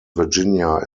virginia